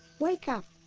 wake up!